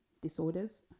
disorders